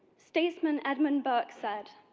statesman edmund berke said